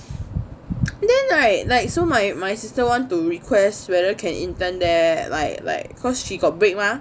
then like like so my my sister want to request whether can intern there like like cause she got break mah